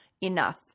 enough